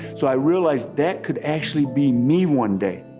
so i realized, that could actually be me one day.